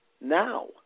now